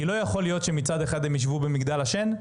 לא יכול להיות שמצד אחד הם יישבו במגדל השן,